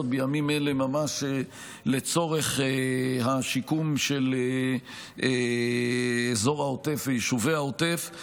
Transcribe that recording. בימים אלה ממש לצורך השיקום של אזור העוטף ויישובי העוטף.